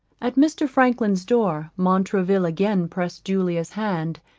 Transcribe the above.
at mr. franklin's door montraville again pressed julia's hand,